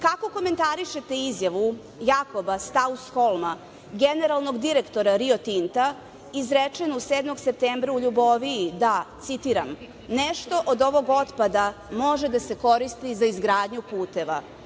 Kako komentarišete izjavu Jakoba Stausholma, generalnog direktora Rio Tinta, izrečenu 7. septembra u Ljuboviji, da, citiram – nešto od ovog otpada može da se iskoristi za izgradnju puteva.